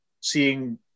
seeing